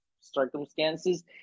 circumstances